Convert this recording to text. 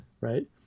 Right